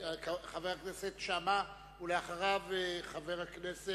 חבר הכנסת שאמה, בבקשה.